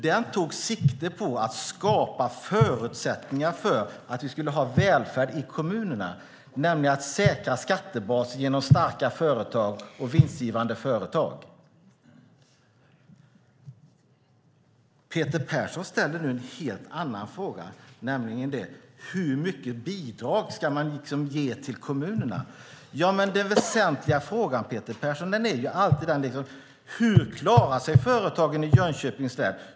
Den tog sikte på att skapa förutsättningar för att vi skulle ha välfärd i kommunerna, nämligen att säkra skattebasen genom starka och vinstgivande företag. Peter Persson ställer nu en helt annan fråga, nämligen: Hur mycket bidrag ska man ge till kommunerna? Den väsentliga frågan, Peter Persson, är alltid denna: Hur klarar sig företagen i Jönköpings län?